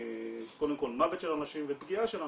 קודם כל מוות של אנשים ופגיעה של אנשים.